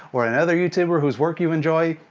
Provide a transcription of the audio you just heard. or another youtuber whose work you enjoy,